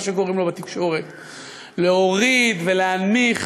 מה שקוראים לו בתקשורת, להוריד ולהנמיך